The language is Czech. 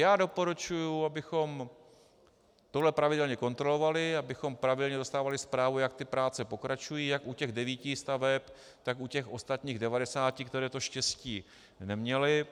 Já doporučuji, abychom tohle pravidelně kontrolovali, abychom pravidelně dostávali zprávu, jak ty práce pokračují, jak u těch devíti staveb, tak u těch ostatních devadesáti, které to štěstí neměly.